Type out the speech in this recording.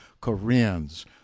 Koreans